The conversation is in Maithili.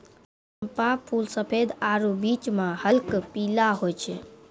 चंपा फूल सफेद आरु बीच मह हल्क पीला होय छै